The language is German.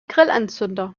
grillanzünder